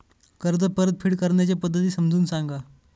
कर्ज परतफेड करण्याच्या पद्धती समजून सांगा